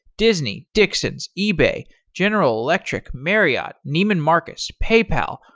disney, dixons, ebay, general electric, marriott, neiman marcus, paypal,